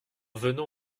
venons